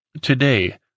Today